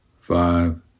five